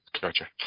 gotcha